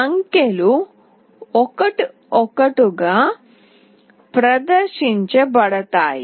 అంకెలు ఒక్కొక్కటిగా ప్రదర్శించబడతాయి